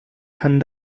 kann